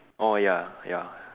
orh ya ya